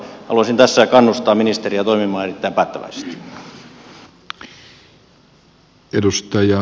haluaisin tässä kannustaa ministeriä toimimaan erittäin päättäväisesti